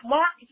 Mark